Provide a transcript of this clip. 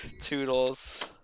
Toodles